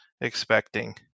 expecting